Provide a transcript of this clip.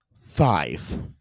Five